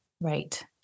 right